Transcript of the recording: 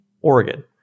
Oregon